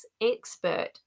Expert